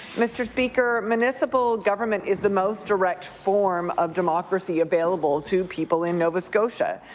mr. speaker, municipal government is the most direct form of democracy available to people in nova scotia.